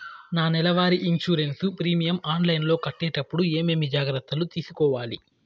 నా నెల వారి ఇన్సూరెన్సు ప్రీమియం ఆన్లైన్లో కట్టేటప్పుడు ఏమేమి జాగ్రత్త లు తీసుకోవాలి?